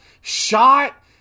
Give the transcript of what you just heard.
shot